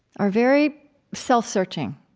are very self-searching,